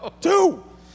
Two